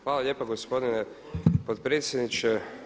Hvala lijepa gospodine potpredsjedniče.